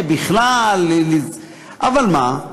אבל מדינה